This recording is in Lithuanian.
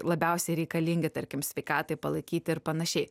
labiausiai reikalingi tarkim sveikatai palaikyti ir panašiai